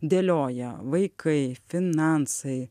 dėlioja vaikai finansai